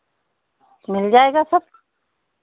मिल जाएगा सब